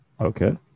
okay